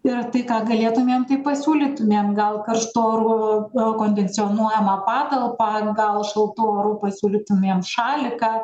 ir tai ką galėtumėm tai pasiūlytumėm gal karštu oru kondicionuojamą patalpą gal šaltu oru pasiūlytumėm šaliką